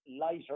lighter